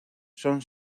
son